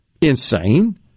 insane